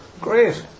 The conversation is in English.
great